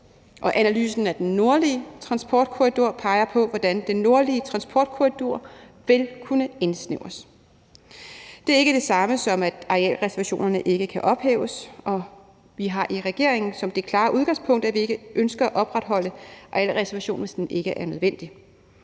analysen af den nordlige transportkorridor peger på, hvordan den nordlige transportkorridor vil kunne indsnævres. Det er ikke det samme, som at arealreservationerne ikke kan ophæves, og vi har i regeringen det klare udgangspunkt, at vi ikke ønsker at opretholde arealreservationen, hvis den ikke er nødvendig.